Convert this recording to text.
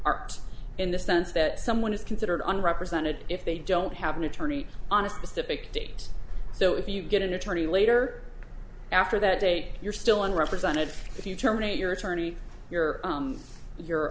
art in the sense that someone is considered an represented if they don't have an attorney on a specific date so if you get an attorney later after that date you're still in represented if you terminate your attorney you're you